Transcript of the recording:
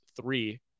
three